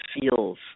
feels